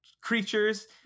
creatures